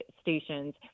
stations